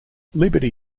liberty